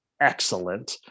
excellent